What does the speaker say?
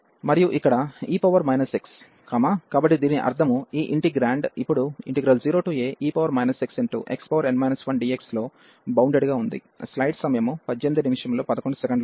మరియు ఇక్కడ e x కాబట్టి దీని అర్థం ఈ ఇంటిగ్రేండ్ ఇప్పుడు 0ae xxn 1dx లో బౌండెడ్ గా ఉంది